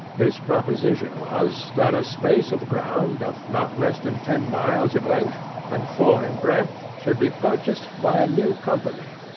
his proposition was, that a space of ground of not less than ten miles in length and four in breadth should be purchased by a new company,